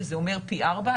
שזה אומר פי ארבעה.